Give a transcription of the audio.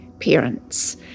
parents